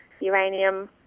uranium